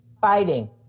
fighting